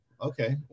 okay